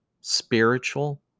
spiritual